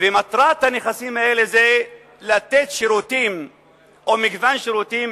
ומטרת הנכסים האלה היא לתת מגוון שירותים